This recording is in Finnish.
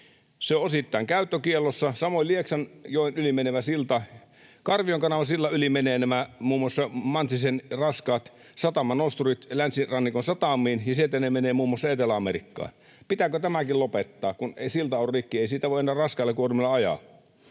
se on osittain käyttökiellossa. Samoin Lieksanjoen yli menevä silta. Karvion kanavan sillan yli menevät muun muassa nämä Mantsisen raskaat satamanosturit länsirannikon satamiin, ja sieltä ne menevät muun muassa Etelä-Amerikkaan. Pitääkö tämäkin lopettaa, kun silta on rikki? Ei siitä voi enää raskailla kuormilla ajaa.